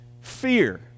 fear